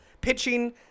pitching